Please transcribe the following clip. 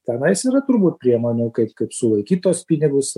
tenais yra turbūt priemonių kaip kaip sulaikyt tuos pinigus